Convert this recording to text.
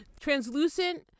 Translucent